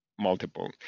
multiple